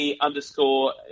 underscore